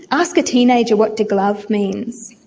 ask a teenager what deglove means.